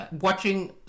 watching